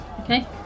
okay